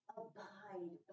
abide